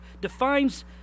defines